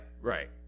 Right